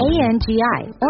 A-N-G-I